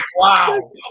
Wow